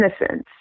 innocence